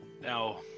now